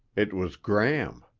it was gram.